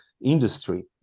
industry